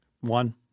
One